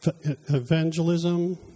evangelism